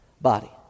body